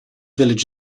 village